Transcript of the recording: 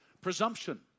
Presumption